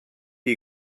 you